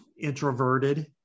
introverted